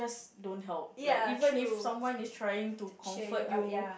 don't help like even if someone is trying to comfort you